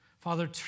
Father